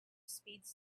speeds